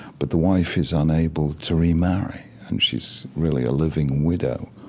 but the wife is unable to remarry. and she's really a living widow.